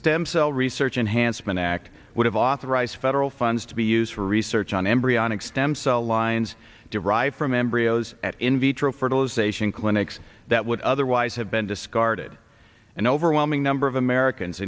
stem cell research enhanced man act would have authorized federal funds to be used for research on embryonic stem cell lines derived from embryos in vitro fertilization clinics that would otherwise have been discarded an overwhelming number of americans